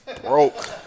broke